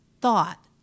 thought